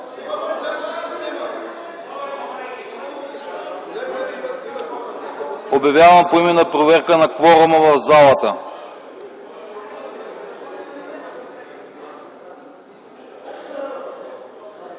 Обявявам поименна проверка на кворума в залата.